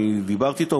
אני דיברתי אתו,